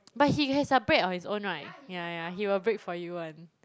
but he has a brake on his own right yeah yeah he will brake for you [one]